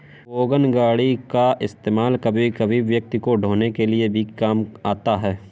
wagon गाड़ी का इस्तेमाल कभी कभी व्यक्ति को ढ़ोने के लिए भी काम आता है